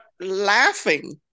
laughing